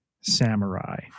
Samurai